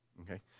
Okay